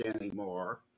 anymore